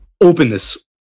openness